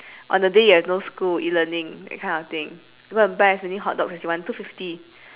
on the day you have no school E-learning that kind of thing go and buy as many hotdogs as you want two fifty